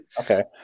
Okay